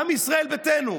גם ישראל ביתנו,